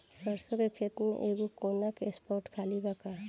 सरसों के खेत में एगो कोना के स्पॉट खाली बा का?